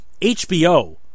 HBO